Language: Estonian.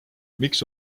miks